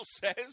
says